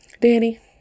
Danny